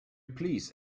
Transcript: please